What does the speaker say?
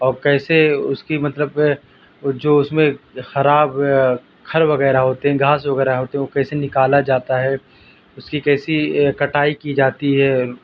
اور کیسے اس کی مطلب کہ جو اس میں خراب کھر وغیرہ ہوتے ہیں گھاس وغیرہ ہوتے ہیں وہ کیسے نکالا جاتا ہے اس کی کیسی کٹائی کی جاتی ہے